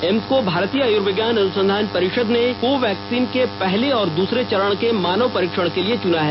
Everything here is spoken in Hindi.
एम्स को भारतीय आयुर्विज्ञान अनुसंधान परिषद ने कोवैक्सिन के पहले और द्सरे चरण के मानव परीक्षण के लिये चुना है